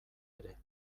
ere